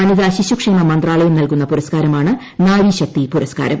വനിത ശിശുക്ഷേമ മന്ത്രാലയം നൽകുന്ന പുരസ്കാരമാണ് നാരിശക്തി പുരസ്കാരം